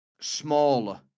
smaller